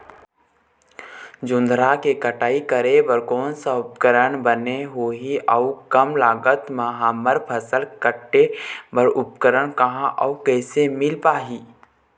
जोंधरा के कटाई करें बर कोन सा उपकरण बने होही अऊ कम लागत मा हमर फसल कटेल बार उपकरण कहा अउ कैसे मील पाही?